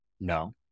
no